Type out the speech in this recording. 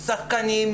שחקנים,